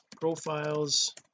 profiles